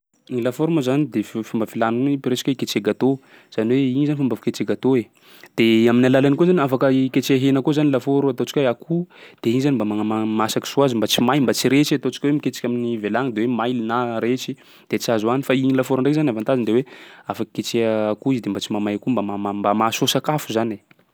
Ny lafaoro moa zany de fo- fomba filà an'io presque ataontsika zany hoe iny zany fomba fiketreha gâteau e. De amin'ny alalany koa zany afaky iketreha hena koa zany lafaoro ataontsika hoe akoho. De igny zany mba magnama- masaky soa azy mba tsy may, mba tsy hirehitsy ataontsika hoe miketsiky amin'ny vilagny de hoe may na mirehitry de tsy azo hohany. Fa igny lafaoro ndraiky zany avantageny de hoe afaky iketreha koa izy de mba tsy mahamay koa mba mama- mba mahasoa sakafo zany e.